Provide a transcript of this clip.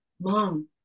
mom